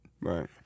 Right